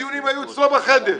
הדיונים היו אצלו בחדר.